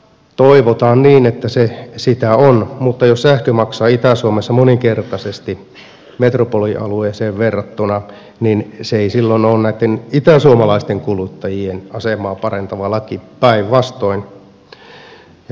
toivotaan niin että se sitä on mutta jos sähkö maksaa itä suomessa moninkertaisesti metropolialueeseen verrattuna niin se ei silloin ole näitten itäsuomalaisten kuluttajien asemaa parantava laki päinvastoin